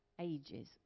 Ages